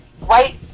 Wait